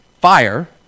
fire